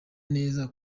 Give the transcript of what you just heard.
neza